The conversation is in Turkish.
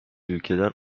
ülkeden